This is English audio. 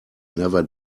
never